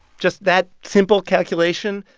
just that simple calculation,